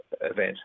event